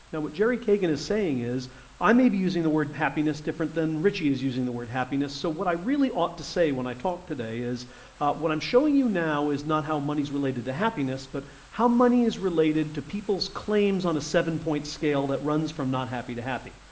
now what jerry cagan is saying is i may be using the word happiness different than ritchie is using the word happiness, so what i really ought to say when i talk today is what i'm showing you now is not how money is related to happiness but how money is related to people's claims on a seven point scale that runs from not happy to happy.